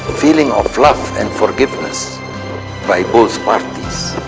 feeling of love and forgiveness by both parties.